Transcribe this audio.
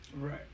Right